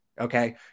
Okay